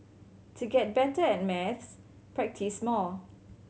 to get better at maths practise more